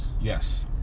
Yes